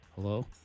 Hello